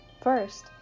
First